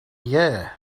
year